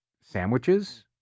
sandwiches